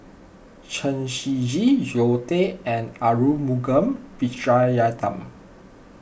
Chen Shiji Zoe Tay and Arumugam Vijiaratnam